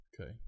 Okay